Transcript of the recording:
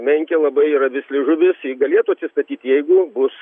menkė labai yra visli žuvis ji galėtų atsistatyti jeigu bus